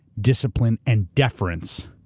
discipline, and deference,